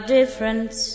difference